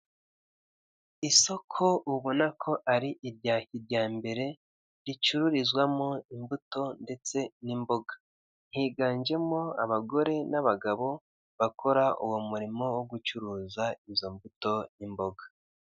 Isoko ubona ko ari irya kijyambere, ricururizwamo imbuto ndetse n'imboga. Higanjemo abagore n'abagabo, bakora uwo murimo wo gucuruza izo imbuto n'imboga.